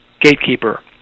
gatekeeper